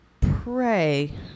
pray